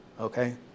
okay